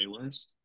playlist